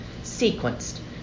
sequenced